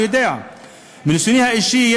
מניסיוני האישי,